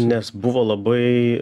nes buvo labai